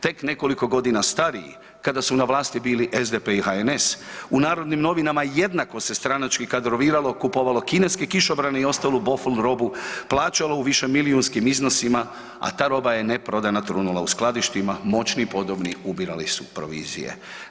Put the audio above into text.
Tek nekoliko godina stariji, kada su na vlasti bili SDP i HNS, u Narodnim novinama jednako se stranački kadroviralo, kupovalo kineski kišobrani i ostalu bofl robu, plaćalo u višemilijunskim iznosima, a ta roba je neprodana trunula u skladištima, moćni i podobni ubirali su provizije.